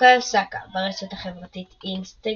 בוקאיו סאקה, ברשת החברתית אינסטגרם